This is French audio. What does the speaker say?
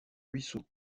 ruisseaux